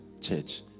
church